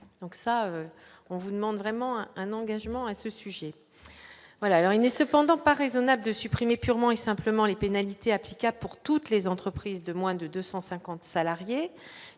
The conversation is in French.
donc ça on vous demande vraiment un un engagement à ce sujet, voilà, alors il n'est cependant pas raisonnable de supprimer purement et simplement les pénalités applicables pour toutes les entreprises de moins de 250 salariés